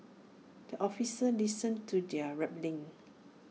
the officer listens to their rambling